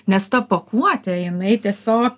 nes ta pakuotė jinai tiesiog